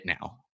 now